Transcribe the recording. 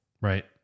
Right